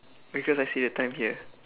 because I see the time here